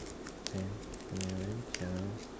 ten eleven twelve